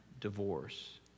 divorce